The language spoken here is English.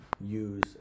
use